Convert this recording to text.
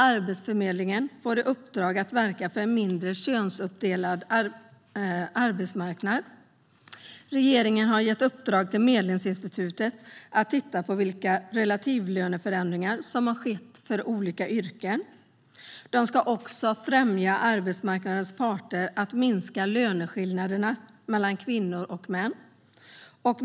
Arbetsförmedlingen får i uppdrag att verka för en mindre könsuppdelad arbetsmarknad. Regeringen har gett Medlingsinstitutet i uppdrag att titta på vilka relativlöneförändringar som har skett för olika yrken. Man ska också stärka arbetsmarknadernas parter i strävandena att minska löneskillnaderna mellan kvinnor och män.